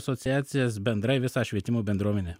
asociacijas bendrai visą švietimo bendruomenę